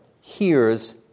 hears